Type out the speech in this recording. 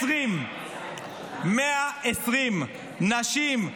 120. 120 נשים,